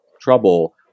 trouble